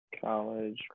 college